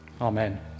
Amen